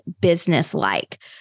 businesslike